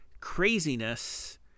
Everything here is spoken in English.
craziness